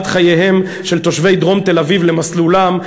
חייהם של תושבי דרום תל-אביב למסלולם,